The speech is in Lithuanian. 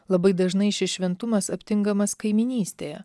labai dažnai šis šventumas aptinkamas kaimynystėje